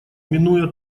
минуя